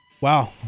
Wow